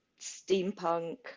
steampunk